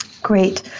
great